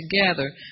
together